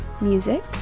music